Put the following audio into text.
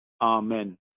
Amen